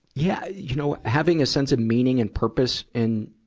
yeah. you know, having a sense of meaning and purpose in,